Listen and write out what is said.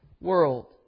world